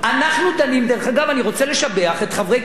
אני רוצה לשבח את חברי קדימה בוועדת הכספים,